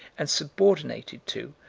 and subordinated to,